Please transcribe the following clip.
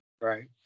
Right